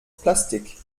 plastik